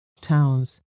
towns